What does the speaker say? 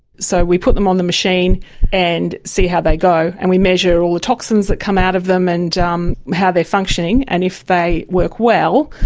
so we put them on the machine and see how they go, and we measure all the toxins that come out of them and um how they are functioning and, if they work well,